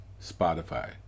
Spotify